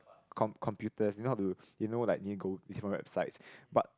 computers you know how to you know like is from websites but